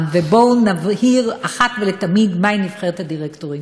ובואו נבהיר אחת ולתמיד מהי נבחרת הדירקטורים.